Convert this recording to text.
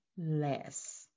Less